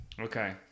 Okay